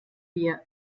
wir